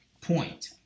point